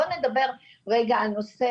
בואו נדבר רגע על נושא,